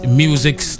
music